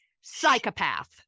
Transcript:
Psychopath